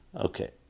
Okay